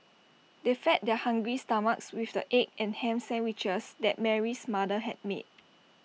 they fed their hungry stomachs with the egg and Ham Sandwiches that Mary's mother had made